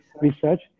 research